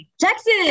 Texas